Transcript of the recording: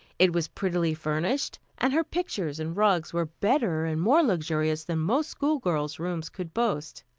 it was prettily furnished, and her pictures and rugs were better and more luxurious than most schoolgirls' rooms could boast.